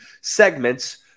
segments